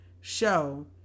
show